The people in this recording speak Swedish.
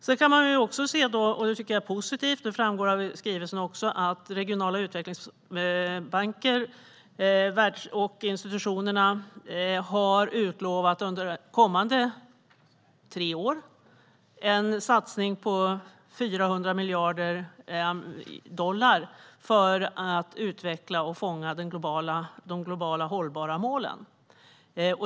Det framgår av skrivelsen - och det tycker jag är positivt - att de regionala utvecklingsbankerna och institutionerna har utlovat en satsning på 400 miljarder dollar under de kommande tre åren för att utveckla och fånga de globala hållbara målen.